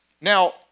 Now